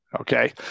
okay